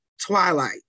Twilight